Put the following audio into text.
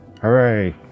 Hooray